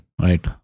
Right